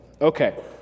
okay